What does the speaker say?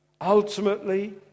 Ultimately